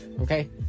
okay